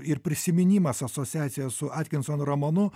ir prisiminimas asociacija su atkinson romanu